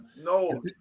No